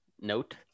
note